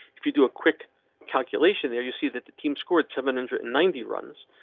if you do a quick calculation there, you see that the team scored seven hundred and ninety runs,